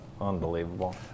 Unbelievable